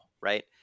right